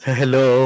hello